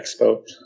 expo